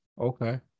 Okay